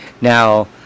now